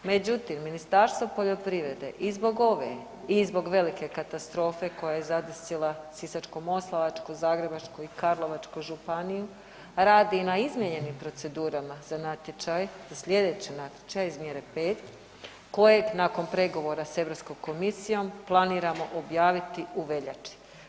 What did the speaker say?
Međutim, Ministarstvo poljoprivrede i zbog ove i zbog velike katastrofe koja je zadesila Sisačko-moslavačku, Zagrebačku i Karlovačku županiju radi na izmijenjenim procedurama za natječaj, za slijedeći natječaj iz mjere 5 koje nakon pregovora s Europskom komisijom planiramo objaviti u veljači.